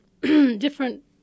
different